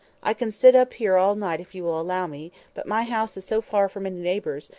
i can sit up here all night if you will allow me but my house is so far from any neighbours,